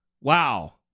wow